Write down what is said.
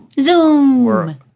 Zoom